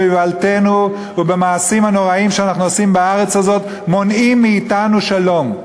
באיוולתנו ובמעשים הנוראיים שאנחנו עושים בארץ הזאת מונעים מאתנו שלום.